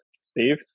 Steve